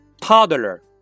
toddler